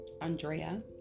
Andrea